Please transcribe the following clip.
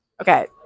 Okay